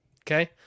Okay